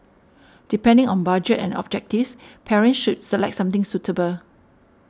depending on budget and objectives parents should select something suitable